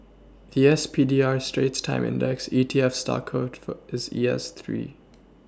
the S P D R Straits times index E T F stock code for is E S three